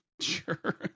Sure